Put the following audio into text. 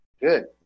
Good